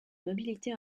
mobilité